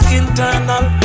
internal